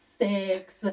six